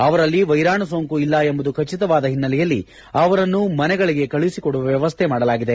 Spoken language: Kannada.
ಅವರಲ್ಲಿ ವ್ಲೆರಾಣು ಸೋಂಕು ಇಲ್ಲ ಎಂಬುದು ಖಚಿತವಾದ ಹಿನ್ನೆಲೆಯಲ್ಲಿ ಅವರನ್ನು ಮನೆಗಳಿಗೆ ಕಳುಹಿಸಿಕೊಡುವ ವ್ಚವಸ್ಥೆ ಮಾಡಲಾಗಿದೆ